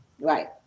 Right